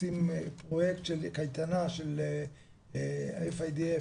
עושים פרויקט של קייטנה עם FIDF,